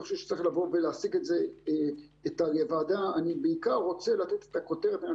אני בעיקר רוצה לתת את הכותרת שאנחנו